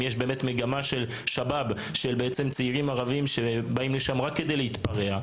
אם יש צעירים ערבים שבאים לשם רק כדי להתפרע.